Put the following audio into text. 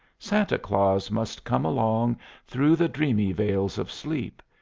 santa claus must come along through the dreamy vales of sleep.